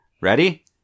Ready